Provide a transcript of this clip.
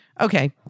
Okay